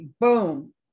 boom